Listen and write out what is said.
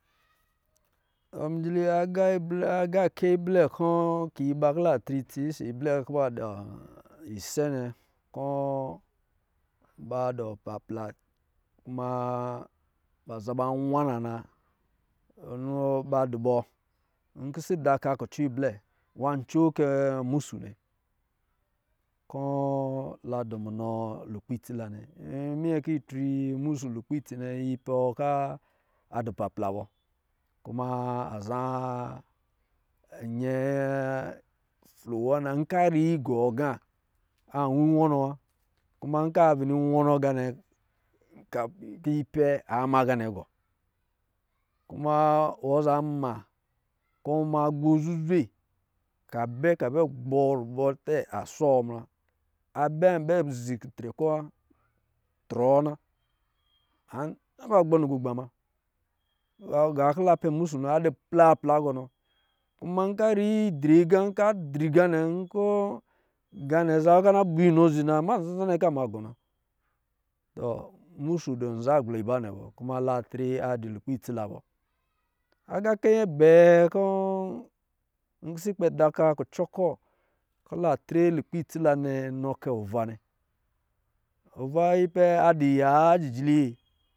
Amijili agakɛ blɛ, agakɛ blɛ kɔ̄, ka aba kɔ̄ la tri itsi, ɔsɔ̄ ablɛ kɔ̄ ba dɔ̄ isɛ nnɛ kɔ̄ ba dɔ̄ pla kuma baza ba nwa na na, nɔ ba adɔ̄ bɔ npisɛ da oka kuce i blɛ nwa an coo kɛ musumɛ kɔ̄ la dɔ̄ munɔ lukpɛ itsila nnɛ, yiminyɛ kɛ yi tri musu lukpɛ itsi nnɛ yi pa ka a dɔ̄ papla bɔ kuma a zaa nyɛ niwana, nka rigɔ agā a wiwɔ nɔ wa kuma nkɔ̄ a blin wɔnɔ gā nnɛ kɛfi kɔ̄ yi pɛ ama ga nnɛ gɔ kuma wɔ za ma kɔ̄ ma yo zuzwe kabɛ ka be gbɔ rubɔ tɛ a sɔ muna, abɛ an bɛ zi kitrɛ kɔ wa trɔɔ na, an taba gbo ligigba muna ga kɔ̄ la pɛ musu nnɛ a dɔ plapla gɔnɔ, kuma nkɔ̄ ariyi dri aga, ka dri gā nnɛ, nkɔ̄ gāza kɔ̄ ana bo inɔ zhi na zan-zan kɔ̄ a ma gɔ na, tɔ musus dɔ̄ za a gbla iba bɔ kuma la tre a dɔ̄ lukpɛ itsi a bɔ. Agakɛ nyɛ abɛɛ kɔ̄ npisɛ kpɛ da oka kucɔ kɔ̄ kɔ̄ la tre lukpɛ itsi la nnɛ nɔ kɛ ova nnɛ, ova yi pɛ adɔ̄ ya a jijili yee?